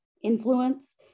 influence